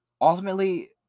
Ultimately